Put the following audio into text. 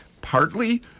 partly